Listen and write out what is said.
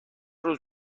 روز